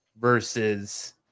versus